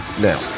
Now